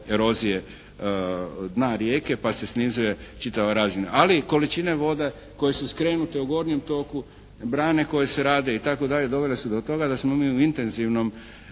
erozije dna rijeke, pa se snizuje čitava razina. Ali količine voda koje su skrenute u gornjem toku brane koje se rade itd. dovele su do toga da smo mi u intenzivnim